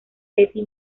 eddy